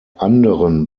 anderen